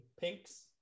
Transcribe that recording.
Pinks